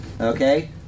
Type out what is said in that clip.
okay